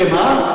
שמה?